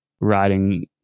riding